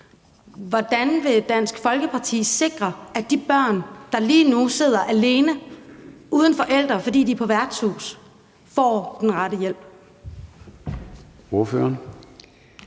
Hvordan vil Dansk Folkeparti sikre, at de børn, der lige nu sidder alene uden forældre, fordi de er på værtshus, får den rette hjælp?